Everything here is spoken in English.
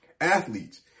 Athletes